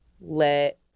let